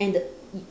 and the